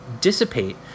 dissipate